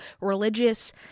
religious